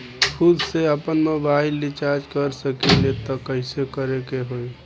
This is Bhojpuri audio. खुद से आपनमोबाइल रीचार्ज कर सकिले त कइसे करे के होई?